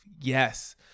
Yes